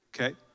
Okay